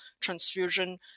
transfusion